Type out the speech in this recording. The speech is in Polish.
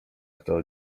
kto